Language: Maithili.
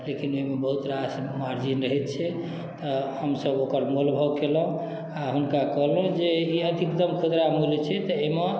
लेकिन ओहिमे बहुत रास मार्जिन रहैत छै तऽ हमसब ओकर मोलभाव केलहुॅं आ हुनका कहलहुॅं जे ई अधिकतम खुदरा मूल्य छै तऽ एहिमे